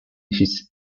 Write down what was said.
his